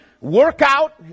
workout